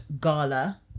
gala